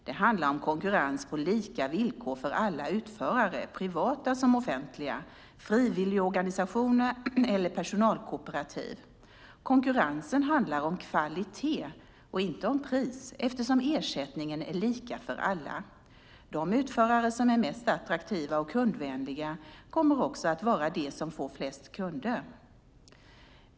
Det handlar om konkurrens på lika villkor för alla utförare, privata som offentliga, frivilligorganisationer eller personalkooperativ. Konkurrensen handlar om kvalitet och inte om pris eftersom ersättningen är lika för alla. De utförare som är mest attraktiva och kundvänliga kommer också att vara de som får flest kunder.